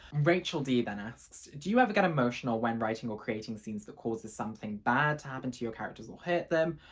rachel d then asks do you ever get emotional when writing or creating scenes that causes something bad to happen to your characters or hurt them?